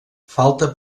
falta